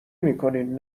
میکنین